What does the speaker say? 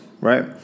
right